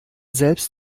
selbst